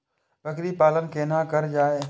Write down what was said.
बकरी पालन केना कर जाय?